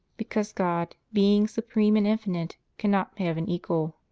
because god, being supreme and infinite, cannot have an equal.